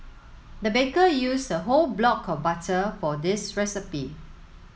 the baker used a whole block of butter for this recipe